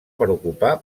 preocupar